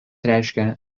reiškia